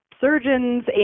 surgeons